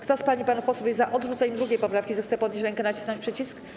Kto z pań i panów posłów jest za odrzuceniem 2. poprawki, zechce podnieść rękę i nacisnąć przycisk.